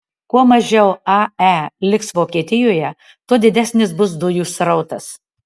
kuo mažiau ae liks vokietijoje tuo didesnis bus dujų srautas